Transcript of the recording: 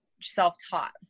self-taught